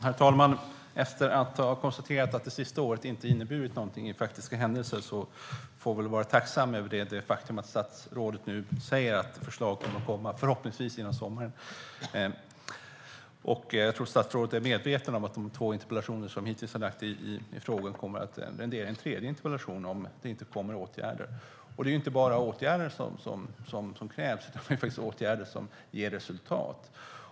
Herr talman! Efter att ha konstaterat att det sista året inte har inneburit något i praktiska händelser får man väl vara tacksam över det faktum att statsrådet nu säger att förslag förhoppningsvis kommer före sommaren. Jag tror att statsrådet är medveten om att de två interpellationer som jag hittills har lagt i frågan kommer att rendera en tredje interpellation om det inte kommer åtgärder. Och det som krävs är inte bara åtgärder utan åtgärder som ger resultat.